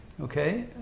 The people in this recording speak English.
Okay